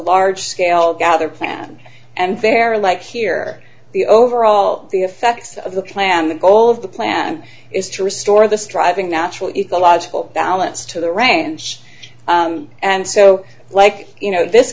large scale gather plan and they're like here the overall the effects of the plan the goal of the plan is to restore the striving natural ecological balance to the range and so like you know this